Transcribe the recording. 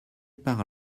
par